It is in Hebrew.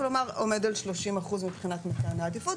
כלומר עומד על 30% מבחינת מתן העדיפות,